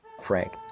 Frank